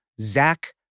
Zach